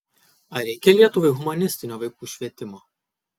ar reikia lietuvai humanistinio vaikų švietimo